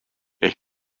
ehk